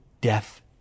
death